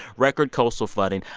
record coastal flooding.